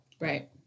Right